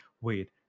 wait